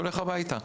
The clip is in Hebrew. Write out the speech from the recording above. הולך הביתה,